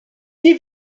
nie